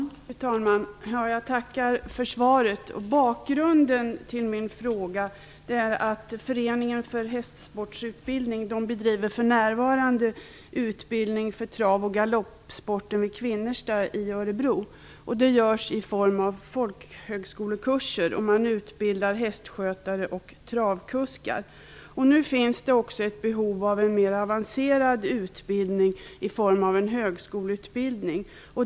Fru talman! Jag tackar för svaret. Bakgrunden till min fråga är att Föreningen för hästsportsutbildning för närvarande bedriver utbildning för trav och galoppsporten vid Kvinnersta i Örebro. Det görs i form av folkhögskolekurser. Man utbildar hästskötare och travkuskar. Nu finns det också ett behov av en mer avancerad utbildning i form av en högskoleutbildning.